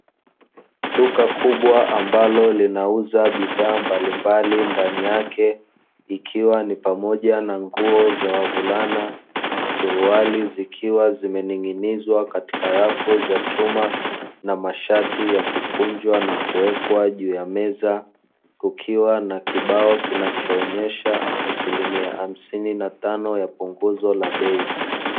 Duka kubwa ambalo linauza bidhaa mbalimbali; ndani yake ikiwa ni pamoja na nguo za wavulana, suruali zikiwa zimening'inizwa katika rafu za chuma, na mashati yakikunjwa na kuwekwa juu ya meza. Kukiwa na kibao kinachoonyesha asilimia hamsini na tano ya punguzo la bei.